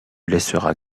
laisseras